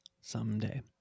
Someday